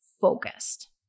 focused